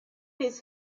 his